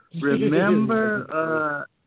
remember